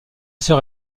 sœur